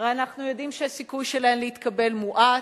הרי אנחנו יודעים שהסיכוי שלהן להתקבל מועט.